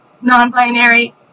non-binary